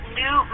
new